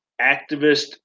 activist